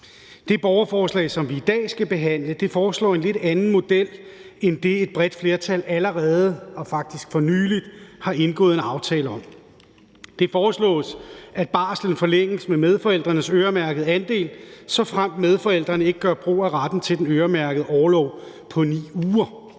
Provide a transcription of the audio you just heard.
Det borgerforslag, som vi i dag skal behandle, foreslår en lidt anden model end den, som et bredt flertal allerede og faktisk for nylig har indgået en aftale om. Det foreslås, at barslen forlænges med medforældrenes øremærkede andel, såfremt medforældrene ikke gør brug af retten til den øremærkede orlov på 9 uger.